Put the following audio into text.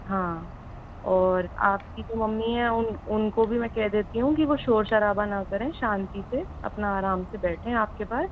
हाँ और आपकी जो मम्मी है उन उन को भी मैं कह देती हूँ कि वो शोर शराबा ना करें शांति से अपना आराम से बैठें आपके पास